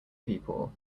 people